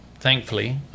thankfully